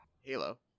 Halo